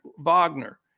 Wagner